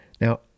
Now